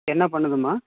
என்ன பண்ணுதும்மா